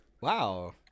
wow